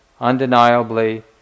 undeniably